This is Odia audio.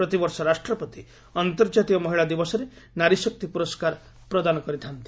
ପ୍ରତିବର୍ଷ ରାଷ୍ଟ୍ରପତି ଅନ୍ତର୍ଜାତୀୟ ମହିଳା ଦିବସରେ ନାରୀଶକ୍ତି ପୁରସ୍କାର ପ୍ରଦାନ କରିଥା'ନ୍ତି